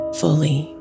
fully